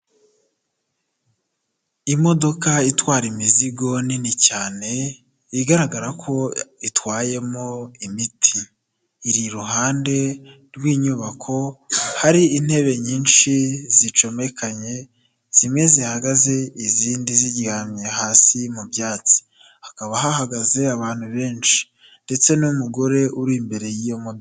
Imodoka itwara imizigo nini cyane, igaragara ko itwayemo imiti, iri iruhande rw'inyubako, hari intebe nyinshi zicomekanye, zimwe zihagaze izindi ziryamye hasi mu byatsi, hakaba hahagaze abantu benshi ndetse n'umugore uri imbere y'iyo modoka.